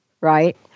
right